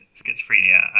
schizophrenia